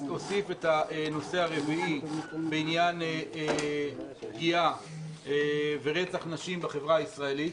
הוסיף את הנושא הרביעי בעניין פגיעה ורצח נשים בחברה הישראלית,